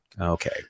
Okay